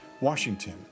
Washington